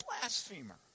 blasphemer